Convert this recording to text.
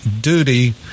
duty